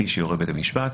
כפי שיורה בית המשפט.